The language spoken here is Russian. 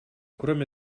кроме